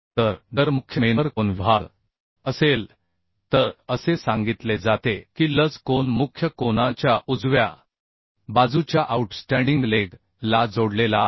तर जर मुख्य मेंबर कोन विभाग असेल तर असे सांगितले जाते की लज कोन मुख्य कोना च्या बाजूच्या आऊटस्टँडिंग लेग ला जोडलेला आहे